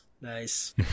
Nice